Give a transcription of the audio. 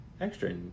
Extra